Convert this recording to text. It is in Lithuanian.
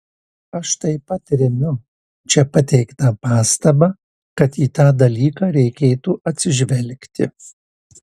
aš taip pat remiu čia pateiktą pastabą kad į tą dalyką reikėtų atsižvelgti